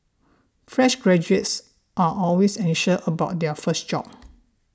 fresh graduates are always anxious about their first job